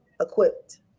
equipped